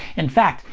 in fact,